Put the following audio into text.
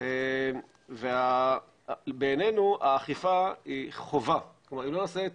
מי צריך לתת את